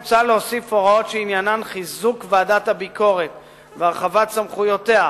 מוצע להוסיף הוראות שעניינן חיזוק ועדת הביקורת והרחבת סמכויותיה,